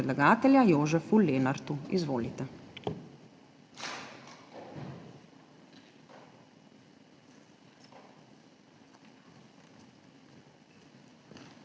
predlagatelja Jožef Lenart. Izvolite.